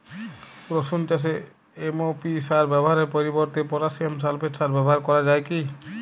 রসুন চাষে এম.ও.পি সার ব্যবহারের পরিবর্তে পটাসিয়াম সালফেট সার ব্যাবহার করা যায় কি?